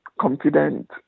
confident